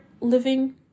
living